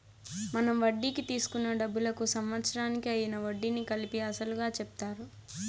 మనం వడ్డీకి తీసుకున్న డబ్బులకు సంవత్సరానికి అయ్యిన వడ్డీని కలిపి అసలుగా చెప్తారు